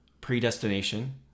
Predestination